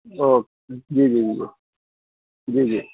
okay جی جی جی جی